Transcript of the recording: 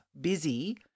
busy